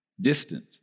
distant